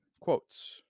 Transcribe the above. quotes